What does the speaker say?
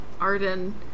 Arden